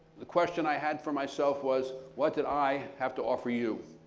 the question i had for myself was what did i have to offer you?